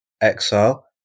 exile